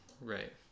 right